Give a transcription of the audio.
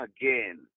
again